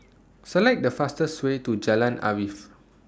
Select The fastest Way to Jalan Arif